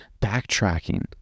backtracking